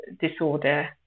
disorder